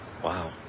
Wow